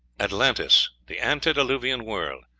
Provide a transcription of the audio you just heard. atlantis the antediluvian world.